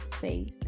faith